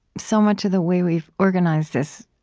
so much of the way we've organized this,